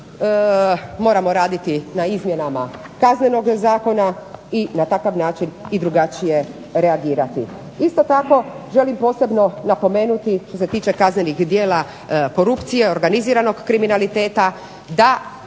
moramo raditi na izmjenama Kaznenog zakona i na takav način i drugačije reagirati. Isto tako želim posebno napomenuti što se tiče kaznenih djela korupcije i organiziranog kriminaliteta da